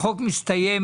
הסתיים